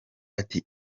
ati